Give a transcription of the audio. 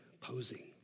posing